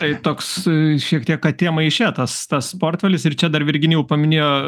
tai toks šiek tiek katė maiše tas tas portfelis ir čia dar virginijau paminėjo